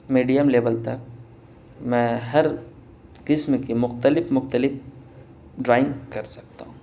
medium level تک میں ہر قسم کی مختلف مختلف ڈرائنگ کر سکتا ہوں